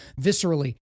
viscerally